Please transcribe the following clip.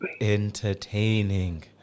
entertaining